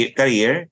career